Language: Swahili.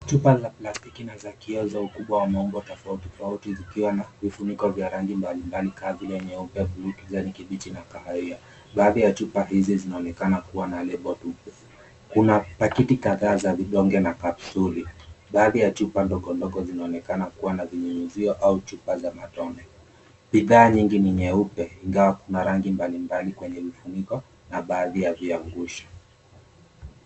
Chupa za plastiki na za kioo za ukubwa wa maumbo tofautitofauti zikiwa na vifuniko vya rangi mbalimbali kama vile nyeupe, kijanikibichi na kahawia. Baadhi ya chupa hizi zinaonekana kuwa na lebo tofauti. Kuna pakiti kadhaa za vidonge na kapsuli. Baadhi ya chupa ndogondogo zinaonekana kuwa na vinyunyizio au chupa za matone. Bidhaa nyingi ni nyeupe ingawa kuna rangi mbalimbali kwenye vifuniko na baadhi ya viangusho.